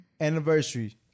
Anniversary